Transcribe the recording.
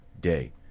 day